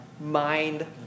mind